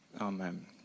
Amen